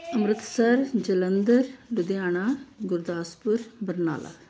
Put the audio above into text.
Amritsar Jalandhar Ludhiana Gurdaspur Barnala